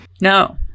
No